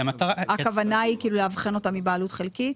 הכוונה היא כאילו לאבחן אותם מבעלות חלקית?